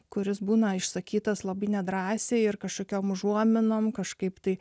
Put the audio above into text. kuris būna išsakytas labai nedrąsiai ir kažkokiom užuominom kažkaip tai